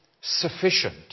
sufficient